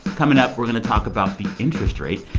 coming up, we're going to talk about the interest rate.